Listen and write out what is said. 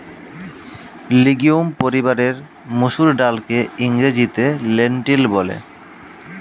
legume পরিবারের মুসুর ডালকে ইংরেজিতে লেন্টিল বলে